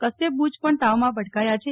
કશ્યપ બુય પણ તાવમાં પટકાયા છે